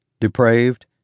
depraved